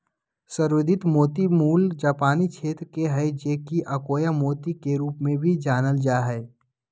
संवर्धित मोती मूल जापानी क्षेत्र के हइ जे कि अकोया मोती के रूप में भी जानल जा हइ